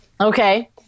Okay